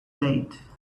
late